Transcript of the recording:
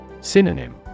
Synonym